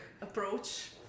approach